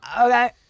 okay